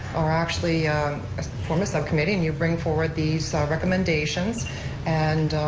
or actually form a subcommittee, and you bring forward these recommendations and,